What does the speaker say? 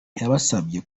yabasabye